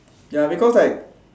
ya because like